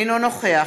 אינו נוכח